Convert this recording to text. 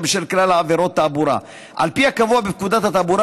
בשל כלל עבירות התעבורה: על פי הקבוע בפקודת התעבורה,